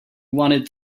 wanted